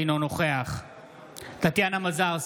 אינו נוכח טטיאנה מזרסקי,